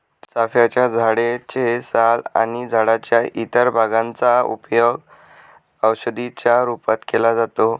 चाफ्याच्या झाडे चे साल आणि झाडाच्या इतर भागांचा उपयोग औषधी च्या रूपात केला जातो